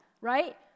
right